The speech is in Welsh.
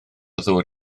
ddŵr